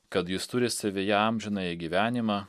kad jis turi savyje amžinąjį gyvenimą